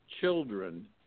children